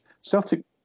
Celtic